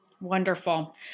Wonderful